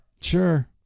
Sure